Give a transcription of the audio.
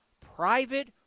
private